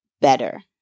better